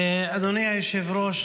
אדוני היושב-ראש,